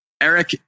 Eric